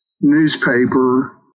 newspaper